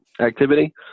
activity